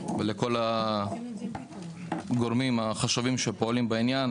וגם כל הגורמים החשובים שפועלים בעניין.